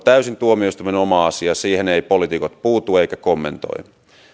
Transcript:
täysin tuomioistuimen oma asia ja niihin eivät poliitikot puutu eivätkä kommentoi